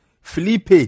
Felipe